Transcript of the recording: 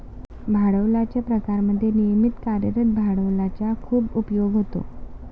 भांडवलाच्या प्रकारांमध्ये नियमित कार्यरत भांडवलाचा खूप उपयोग होतो